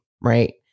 Right